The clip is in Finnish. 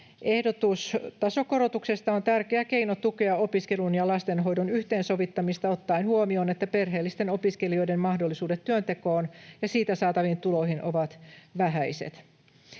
Ehdotus tasokorotuksesta on tärkeä keino tukea opiskelun ja lastenhoidon yhteensovittamista ottaen huomioon, että perheellisten opiskelijoiden mahdollisuudet työntekoon ja siitä saataviin tuloihin ovat vähäiset.